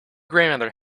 grandmother